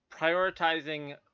prioritizing